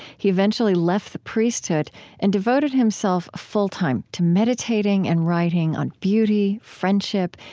he eventually left the priesthood and devoted himself full-time to meditating and writing on beauty, friendship,